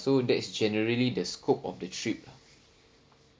so that is generally the scope of the trip lah